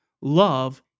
love